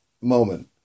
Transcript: moment